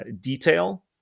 detail